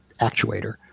actuator